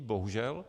Bohužel.